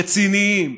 רציניים,